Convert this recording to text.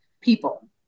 people